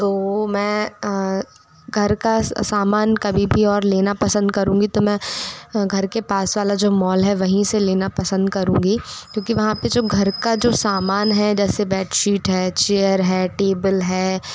तो वह मैं घर का सामान कभी भी और लेना पसंद करूंगी तो मैं घर के पास वाला जो मॉल है वहीं से लेना पसंद करूंगी क्योंकि वहाँ पर जो घर का जो समान है जैसे बेडशीट है चेयर है टेबल है